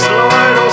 Lord